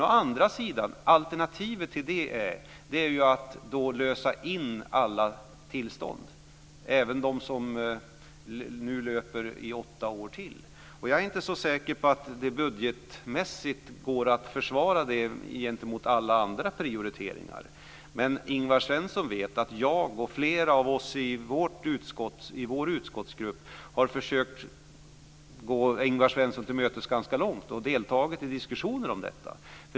Å andra sidan är alternativet till det att lösa in alla tillstånd, även dem som nu löper åtta år till. Jag är inte så säker på att det budgetmässigt går att försvara det gentemot alla andra prioriteringar. Men Ingvar Svensson vet att jag och flera andra i vår utskottsgrupp har försökt att gå Ingvar Svensson till mötes ganska långt. Vi har deltagit i diskussioner om detta.